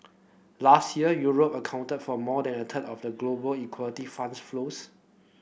last year Europe accounted for more than a of global equality flows